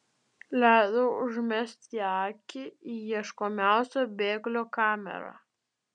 leido užmesti akį į ieškomiausio bėglio kamerą